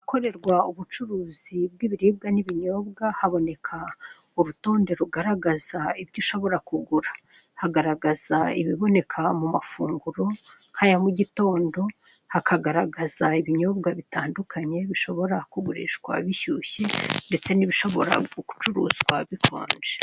Ahakorerwa ubucuruzi bw'ibiribwa n'ibinyobwa haboneka urutondo rugaragaza ibyo ushobora kugura hagaragaza ibiboneka mu amafunguro nk'aya mugitondo hakagaragaza ibinyibwa bitandukanye bishobora kugurishwa bishyushye ndetse n'ibishobora kugurishwa bikonje.